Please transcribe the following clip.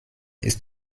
ist